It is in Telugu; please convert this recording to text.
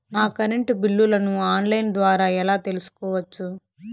నా కరెంటు బిల్లులను ఆన్ లైను ద్వారా ఎలా తెలుసుకోవచ్చు?